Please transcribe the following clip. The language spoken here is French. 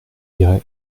dirai